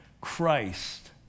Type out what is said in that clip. Christ